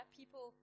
people